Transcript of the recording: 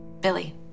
Billy